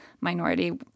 minority